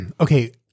Okay